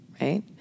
right